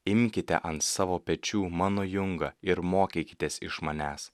imkite ant savo pečių mano jungą ir mokykitės iš manęs